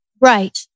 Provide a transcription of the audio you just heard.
Right